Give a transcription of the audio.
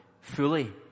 fully